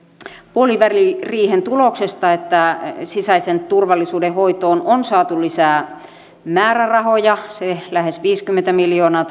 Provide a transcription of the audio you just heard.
puoliväliriihen tuloksesta että sisäisen turvallisuuden hoitoon on saatu lisää määrärahoja se neljäkymmentäkuusi miljoonaa